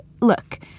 look